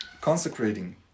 consecrating